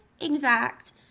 exact